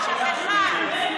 היא שכחה.